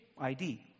id